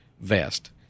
vest